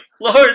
Lord